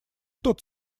тот